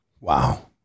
wow